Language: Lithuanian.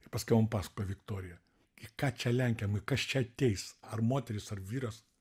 ir paskiau man pasakojo viktorija į ką čia lenkiam ir kas čia ateis ar moteris ar vyras